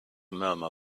murmur